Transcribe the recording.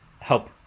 help